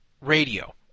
radio